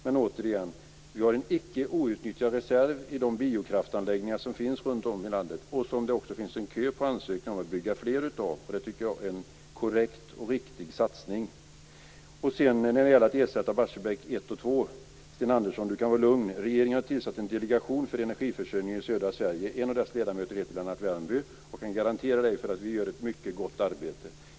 Men återigen har vi en icke utnyttjad reserv i de biokraftanläggningar som finns runt om i landet, och det finns en kö av ansökningar för att bygga fler sådana, vilket jag tycker är en korrekt och riktig satsning. När det gäller att ersätta Barsebäck 1 och 2 kan Sten Andersson vara lugn. Regeringen har tillsatt en delegation för energiförsörjning i södra Sverige. En av dess ledamöter heter Lennart Värmby, och jag kan garantera Sten Andersson att vi gör ett mycket gott arbete.